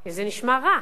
כי זה נשמע רע,